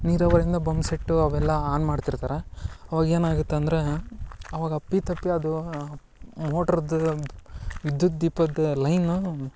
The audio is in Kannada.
ನೀರಾವರಿಯಿಂದ ಬಂಬ್ ಸೆಟ್ಟು ಅವೆಲ್ಲ ಆನ್ ಮಾಡ್ತಿರ್ತಾರೆ ಅವಾಗ ಏನಾಗತ್ತೆ ಅಂದ್ರೆ ಅವಾಗ ಅಪ್ಪಿತಪ್ಪಿ ಅದು ಮೋಟ್ರದ್ದು ವಿದ್ಯುತ್ ದೀಪದ್ದು ಲೈನು